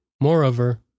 Moreover